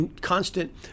constant